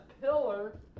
pillar